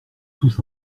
tous